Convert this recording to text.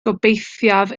gobeithiaf